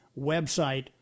website